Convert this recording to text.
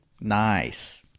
nice